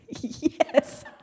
Yes